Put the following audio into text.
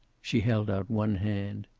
she held out one hand.